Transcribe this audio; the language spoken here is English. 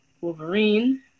Wolverine